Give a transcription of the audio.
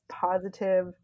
positive